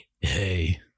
Hey